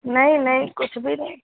نہیں نہیں کچھ بھی نہیں